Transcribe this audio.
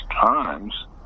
times